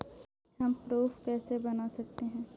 हम प्रारूप कैसे बना सकते हैं?